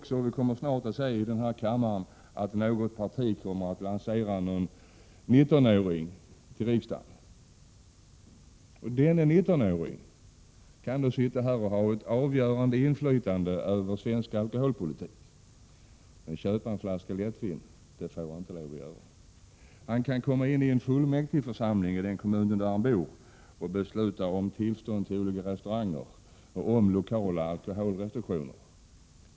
Snart kommer vi också att se här i kammaren att något parti kommer att lansera en 19-åring till riksdagen. Denne 19-åring kan då sitta här och utöva ett avgörande inflytande över svensk alkoholpolitik, men köpa en flaska lättvin får han inte. Han kan komma in i en fullmäktigförsamling i den kommun där han bor och besluta om tillstånd för restauranger och om lokala alkoholrestriktioner.